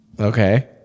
Okay